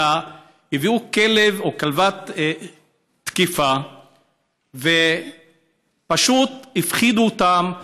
אלא הביאו כלב או כלבת תקיפה ופשוט הפחידו אותם,